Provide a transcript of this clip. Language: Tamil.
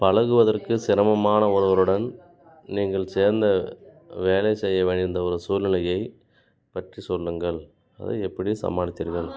பழ குவதற்கு சிரமமான ஒருவருடன் நீங்கள் சேர்ந்து வேலை செய்ய வேண்டி இருந்த ஒரு சூழ்நிலையைப் பற்றி சொல்லுங்கள் அதை எப்படி சமாளித்தீர்கள்